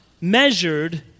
measured